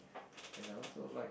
and I also like